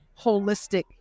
holistic